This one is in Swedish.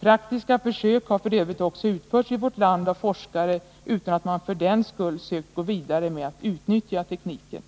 Praktiska försök har f. ö. också utförts i vårt land av forskare, utan att de för den skull sökt gå vidare med att utnyttja tekniken.